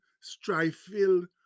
strife-filled